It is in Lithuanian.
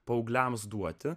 paaugliams duoti